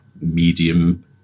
medium